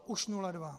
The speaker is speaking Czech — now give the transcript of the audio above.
Už 0:2.